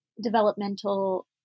developmental